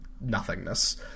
nothingness